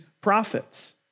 prophets